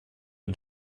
den